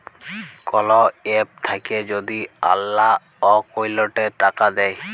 call app থাক্যে যদি অল্লো অকৌলটে টাকা দেয়